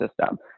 system